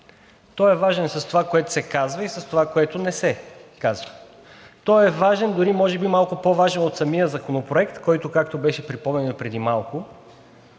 Той е важен с това, което се казва, и с това, което не се казва. Той е важен, дори може би малко по-важен от самия законопроект, който, както беше припомнено и преди малко,